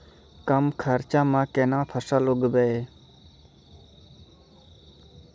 कम खर्चा म केना फसल उगैबै?